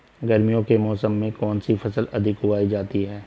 गर्मियों के मौसम में कौन सी फसल अधिक उगाई जाती है?